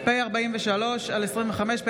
פ/43/25,